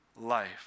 life